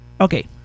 okay